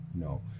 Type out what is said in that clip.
no